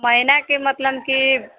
महीनाके मतलब कि